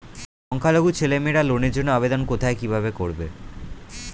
সংখ্যালঘু ছেলেমেয়েরা লোনের জন্য আবেদন কোথায় কিভাবে করবে?